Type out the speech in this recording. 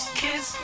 kiss